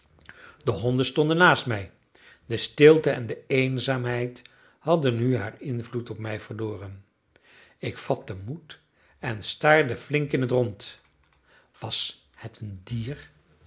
de honden stonden naast mij de stilte en de eenzaamheid hadden nu haar invloed op mij verloren ik vatte moed en staarde flink in het rond was het een dier